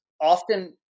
often